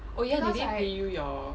oh ya they didn't pay you your